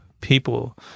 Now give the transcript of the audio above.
people